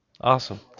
awesome